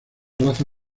raza